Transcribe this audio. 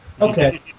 Okay